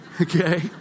okay